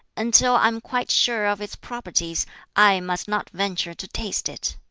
until i am quite sure of its properties i must not venture to taste it.